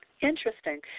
Interesting